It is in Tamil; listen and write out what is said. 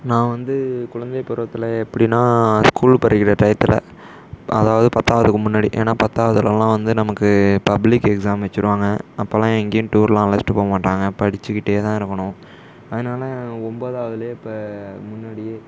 நான் வந்து குழந்தை பருவத்தில் எப்படின்னா ஸ்கூல் படிக்கிற டையத்தில் அதாவது பத்தாவதுக்கு முன்னாடி ஏன்னா பத்தாவதுலலாம் வந்து நமக்கு பப்ளிக் எக்ஸாம் வச்சுடுவாங்க அப்போல்லாம் எங்கேயும் டூர்லாம் அழைச்சிட்டு போக மாட்டாங்க படித்துக்கிட்டே தான் இருக்கணும் அதனால் ஒம்போதவதிலேயே இப்போ முன்னாடியே